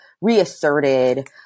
reasserted